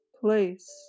place